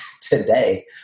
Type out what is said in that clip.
today